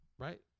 Right